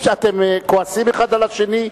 אתם כועסים אחד על השני,